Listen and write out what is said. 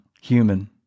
human